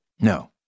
No